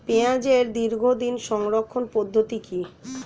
পেঁয়াজের দীর্ঘদিন সংরক্ষণ পদ্ধতি কি?